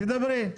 תדברי.